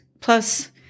plus